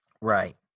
Right